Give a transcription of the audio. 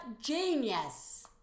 genius